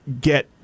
get